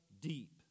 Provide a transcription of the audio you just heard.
deep